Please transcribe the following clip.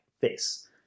face